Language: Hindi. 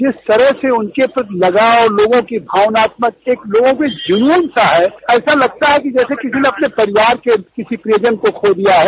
जिस तरह से उनके प्रति लगाव लोगों की भावनात्मक एक लोगों का जुन्न सा है ऐसा लगता है कि जैसे किसी ने अपने परिवार के किसी प्रियजन को खो दिया है